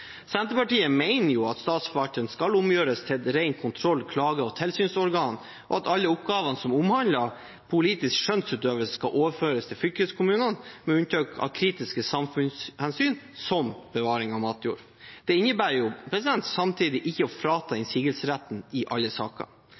at Statsforvalteren skal omgjøres til et rent kontroll-, klage- og tilsynsorgan, og at alle oppgaver som omhandler politisk skjønnsutøvelse, skal overføres til Fylkeskommunene, med unntak av kritiske samfunnshensyn som bevaring av matjord. Det innebærer samtidig ikke å frata innsigelsesretten i alle saker.